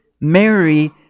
Mary